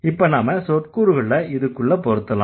இப்ப நாம சொற்கூறுகளை இதுக்குள்ள பொருத்தலாம்